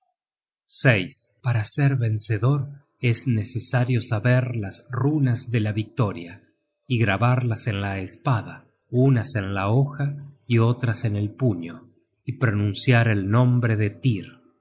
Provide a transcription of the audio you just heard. alegría para ser vencedor es necesario saber las runas de la victoria y grabarlas en la espada unas en la hoja y otras en el puño y pronunciar el nombre de tyr